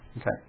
Okay